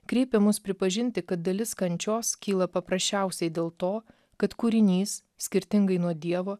kreipia mus pripažinti kad dalis kančios kyla paprasčiausiai dėl to kad kūrinys skirtingai nuo dievo